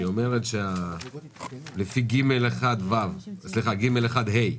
שאומרת שלפי ג' (1)(ה),